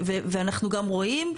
ואנחנו גם רואים,